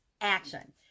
action